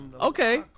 okay